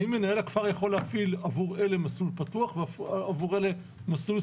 האם מנהל הכפר יכול להפעיל עבור אלה מסלול פתוח ועבור אלה מסלול סגור?